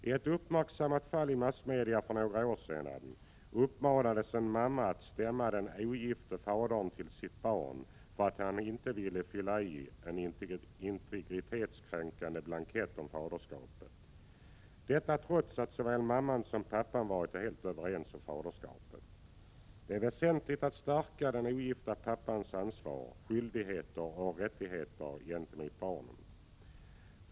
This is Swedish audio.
I ett uppmärksammat fall i massmedia för några år sedan uppmanades en mamma att stämma den ogifte fadern till sitt barn för att han inte ville fylla i en integritetskränkande blankett om faderskapet — detta trots att såväl mamman som pappan varit helt överens om faderskapet. Det är väsentligt att stärka den ogifte pappans ansvar, skyldigheter och rättigheter gentemot barnen.